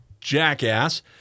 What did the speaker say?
jackass